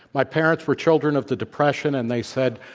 my parents were children of the depression, and they said,